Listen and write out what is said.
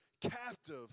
captive